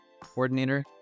coordinator